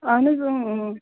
اہن حظ اۭں اۭں